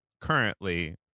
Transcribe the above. currently